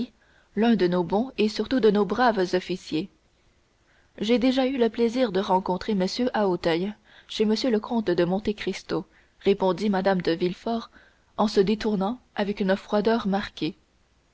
l'un de nos bons et surtout de nos braves officiers j'ai déjà eu le plaisir de rencontrer monsieur à auteuil chez m le comte de monte cristo répondit mme de villefort en se détournant avec une froideur marquée